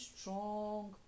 strong